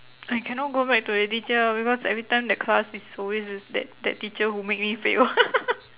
I cannot go back to that teacher because every time that class is always has that that teacher who make me fail